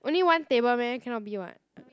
only one table meh cannot be [what]